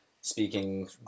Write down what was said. speaking